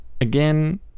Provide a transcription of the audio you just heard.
Again